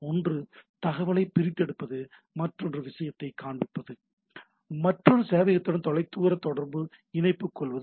ஒன்று தகவலைப் பிரித்தெடுப்பது மற்றும் மற்றொரு விஷயத்தில் காண்பிப்பது மற்றொரு சேவையகத்துடன் தொலைதூர இணைப்பு கொள்ளுவது